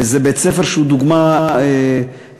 וזה בית-ספר שהוא דוגמה ומופת.